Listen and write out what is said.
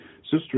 Sister